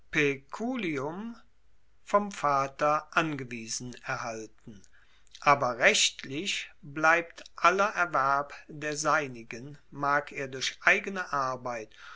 vom vater angewiesen erhalten aber rechtlich bleibt aller erwerb der seinigen mag er durch eigene arbeit